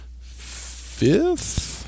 Fifth